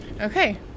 Okay